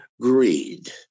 greed